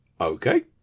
okay